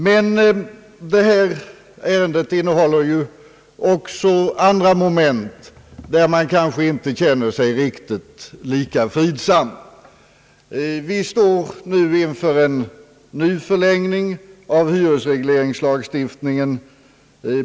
Men det här ärendet innehåller också andra moment där man inte känner sig riktigt lika fridsam. Vi står nu inför en ny förlängning av hyresregleringslagstiftningen.